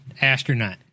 astronaut